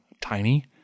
tiny